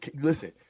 listen